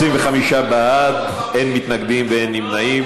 25 בעד, אין מתנגדים ואין נמנעים.